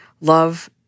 love